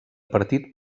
partit